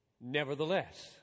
Nevertheless